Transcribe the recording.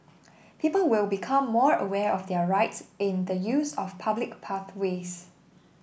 people will become more aware of their rights in the use of public pathways